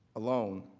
alone,